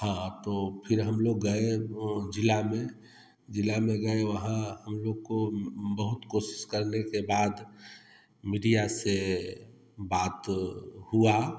हाँ तो फिर हम लोग गए जिला में जिला में गए वहाँ हम लोग को बहुत कोशिश करने के बाद मिडिया से बात हुआ